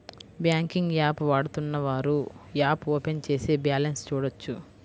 banking app వాడుతున్నవారు app open చేసి balance చూడొచ్చు